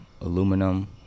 aluminum